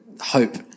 hope